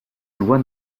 loi